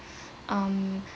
um